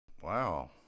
Wow